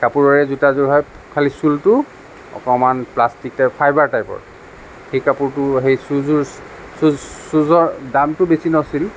কাপোৰৰে জোতাযোৰ হয় খালি শ্ৱুলটো অকমান প্লাষ্টিক টাইপ ফাইবাৰ টাইপৰ সেই কাপোৰটো সেই শ্বুযোৰ শ্বু শ্বুযোৰৰ দামটো বেছি নাছিল